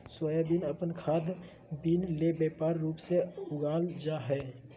soybean अपन खाद्य bean ले व्यापक रूप से उगाल जा हइ